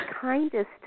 kindest